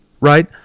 right